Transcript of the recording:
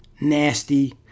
nasty